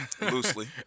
loosely